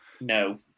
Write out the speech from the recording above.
no